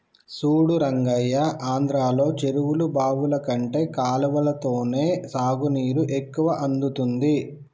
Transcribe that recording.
చూడు రంగయ్య ఆంధ్రలో చెరువులు బావులు కంటే కాలవలతోనే సాగునీరు ఎక్కువ అందుతుంది